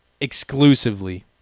exclusively